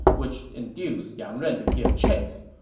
which induced yang ren to give chase.